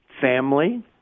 family